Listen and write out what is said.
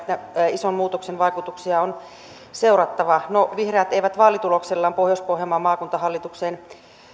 ison muutoksen vaikutuksia on seurattava no vihreät eivät vaalituloksellaan pohjois pohjanmaan maakuntahallitukseen